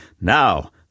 Now